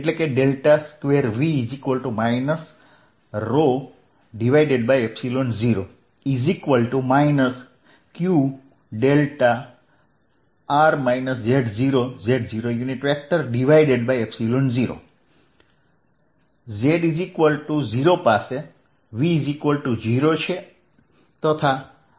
2V 0 q δ 0 z0 પાસે V0 છે તથા r છે